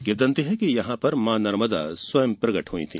किवंदती है कि यहां पर मां नर्मदा स्वंय प्रकट हुई है